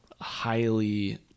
highly